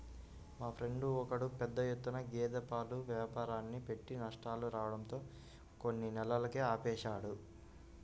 మా ఫ్రెండు ఒకడు పెద్ద ఎత్తున గేదె పాల వ్యాపారాన్ని పెట్టి నష్టాలు రావడంతో కొన్ని నెలలకే ఆపేశాడు